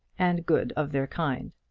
and good of their kind.